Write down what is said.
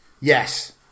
Yes